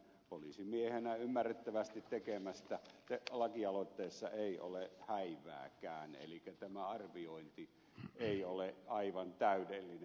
hemmilän poliisimiehenä ymmärrettävästi tekemässä lakialoitteessa ei ole häivääkään elikkä tämä arviointi ei ole aivan täydellinen